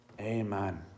Amen